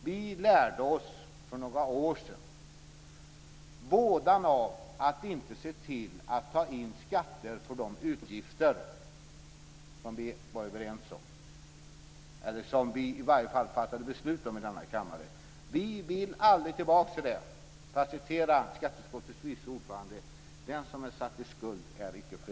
Vi lärde oss för några år sedan vådan av att inte se till att ta in skatter för de utgifter som vi fattade beslut om i denna kammare. Vi vill aldrig tillbaka till det. För att säga som skatteutskottets vice ordförande: Den som är satt i skuld är icke fri.